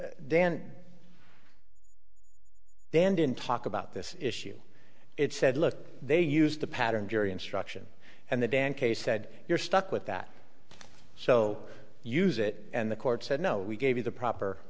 case dan dan didn't talk about this issue it said look they used the pattern jury instruction and the dan case said you're stuck with that so use it and the court said no we gave you the proper